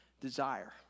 desire